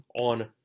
on